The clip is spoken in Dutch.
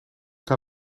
kan